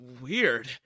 Weird